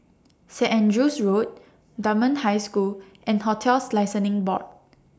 Saint Andrew's Road Dunman High School and hotels Licensing Board